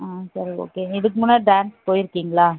ஆ சரி ஓகே இதுக்கு முன்னாடி டான்ஸ் போயிருக்கீங்களா